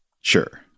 Sure